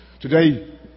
Today